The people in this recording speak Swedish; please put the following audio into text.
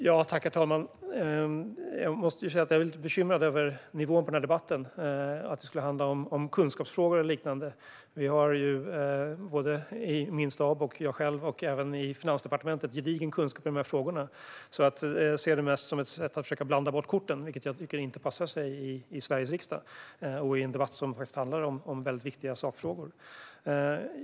Herr talman! Jag måste säga att jag är bekymrad över nivån på den här debatten, att det skulle handla om kunskapsfrågor eller liknande. Min stab, jag själv och även i Finansdepartementet har vi en gedigen kunskap i de här frågorna. Jag ser det mest som ett sätt att försöka blanda bort korten, vilket jag inte tycker passar sig i Sveriges riksdag eller i en debatt som handlar om väldigt viktiga sakfrågor.